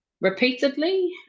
repeatedly